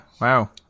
wow